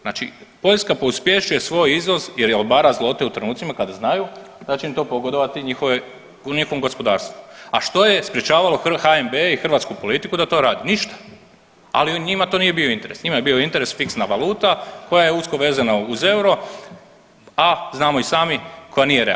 Znači Poljska pospješuje svoj izvoz jer … [[Govornik se ne razumije]] zlote u trenucima kada znaju da će im to pogodovati njihovom gospodarstvu, a što je sprječavalo HNB i hrvatsku politiku da to radi, ništa, ali njima to nije bio interes, njima je bio interes fiksna valuta koja je usko vezana uz euro, a znamo i sami koja nije realna.